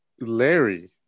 Larry